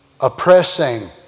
Oppressing